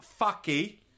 fucky